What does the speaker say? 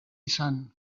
izan